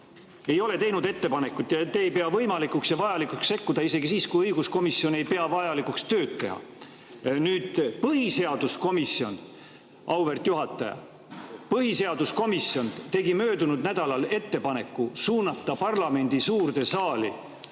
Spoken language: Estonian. ei ole teinud ettepanekut. Ja te ei pea võimalikuks ja vajalikuks sekkuda isegi siis, kui õiguskomisjon ei pea vajalikuks tööd teha! Nüüd, põhiseaduskomisjon, auväärt juhataja, tegi möödunud nädalal ettepaneku suunata parlamendi suurde saali